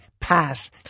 pass